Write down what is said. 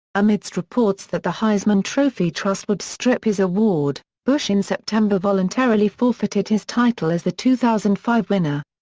amidst reports that the heisman trophy trust would strip his award, bush in september voluntarily forfeited his title as the two thousand and five winner.